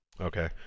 Okay